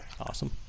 Awesome